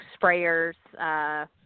sprayers